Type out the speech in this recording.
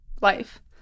life